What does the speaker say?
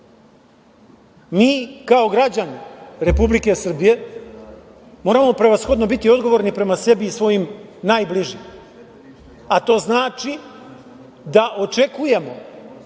kao građani Republike Srbije moramo prevashodno biti odgovorni prema sebi i svojim najbližima, a to znači da očekujemo